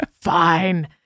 Fine